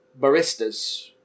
baristas